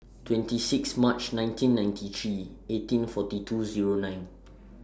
twenty six March nineteen ninety three eighteen forty two Zero nine